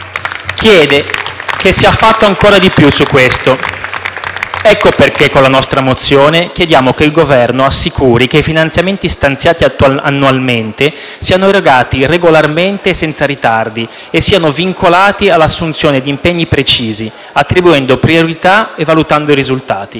chiede che sia fatto ancora di più su questo fronte. Ecco perché, con la nostra mozione, chiediamo che il Governo assicuri che i finanziamenti stanziati attualmente siano erogati regolarmente, senza ritardi, e siano vincolati all'assunzione di impegni precisi, attribuendo priorità e valutando i risultati.